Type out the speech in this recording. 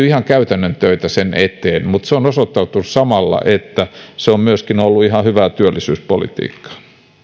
ihan käytännön töitä sen eteen mutta on osoittautunut samalla että se on myöskin ollut ihan hyvää työllisyyspolitiikkaa